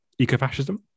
ecofascism